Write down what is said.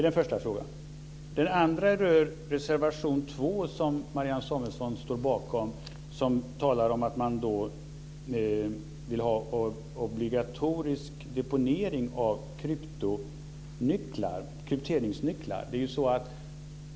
Den andra frågan rör reservation 2, som Marianne Samuelsson står bakom, om obligatorisk deponering av krypteringsnycklar.